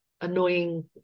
annoying